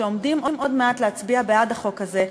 העומדים עוד מעט להצביע בעד החוק הזה,